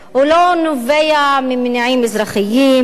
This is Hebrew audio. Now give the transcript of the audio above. הוא לא נובע ממניעים אזרחיים,